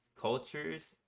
cultures